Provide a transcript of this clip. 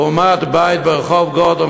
לעומת בית ברחוב גורדון,